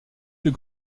plus